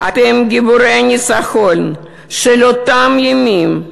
אתם גיבורי הניצחון של אותם ימים.